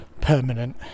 permanent